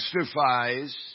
testifies